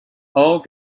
all